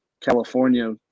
California